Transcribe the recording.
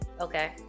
Okay